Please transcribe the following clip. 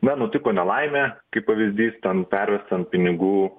na nutiko nelaimė kaip pavyzdys ten pervesk ten pinigų